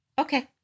Okay